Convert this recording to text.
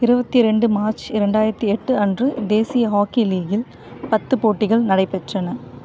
இருபத்தி ரெண்டு மார்ச் இரண்டாயிரத்தி எட்டு அன்று தேசிய ஹாக்கி லீக்கில் பத்து போட்டிகள் நடைபெற்றன